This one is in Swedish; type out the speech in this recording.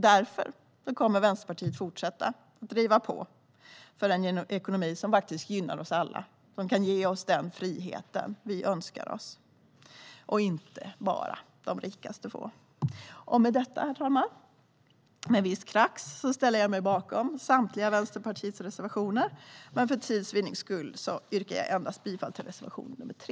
Därför kommer Vänsterpartiet att fortsätta att driva på för en ekonomi som gynnar oss alla och kan ge oss den friheten vi önskar oss och att inte bara de rikaste får den. Herr talman! Med detta ställer jag mig, med visst krax på rösten, bakom samtliga Vänsterpartiets reservationer, men för tids vinnande yrkar jag endast bifall till reservation nr 3.